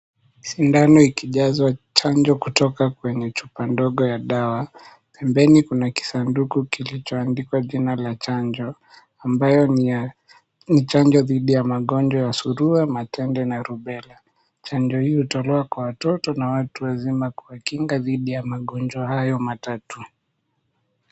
Sindano ikijazwa chanjo kutoka kwenye chupa ndogo ya dawa, pembeni kuna kisanduku kilichoandikwa jina la chanjo ambayo ni ya chanjo dhidhi ya magonjwa ya surua, matende na rubela. Chanjo hiyo hutolewa kwa watoto na watu wazima kuwakinga dhidhi ya magonjwa hayo matatu